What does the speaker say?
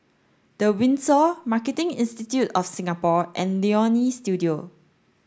the Windsor Marketing Institute of Singapore and Leonie Studio